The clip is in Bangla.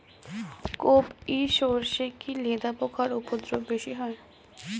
কোপ ই সরষে কি লেদা পোকার উপদ্রব বেশি হয়?